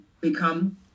become